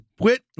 quit